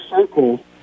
circle